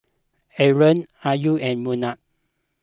Aaron Ayu and Munah